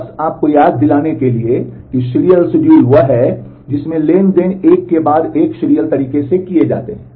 बस आपको याद दिलाने के लिए सीरियल शेड्यूल वह है जिसमें ट्रांज़ैक्शन एक के बाद एक सीरियल तरीके से किए जाते हैं